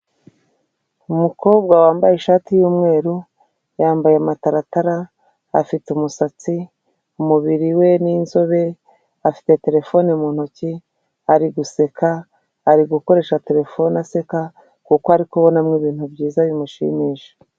Umukobwa wambaye ishati y'umweru yambaye amataratara, afite umusatsi, umubiri we ni inzobe, afite terefone mu ntoki, ari guseka, ari gukoresha telefone aseka, kuko ari kubonamo ibintu byiza bimushimisha.